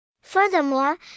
Furthermore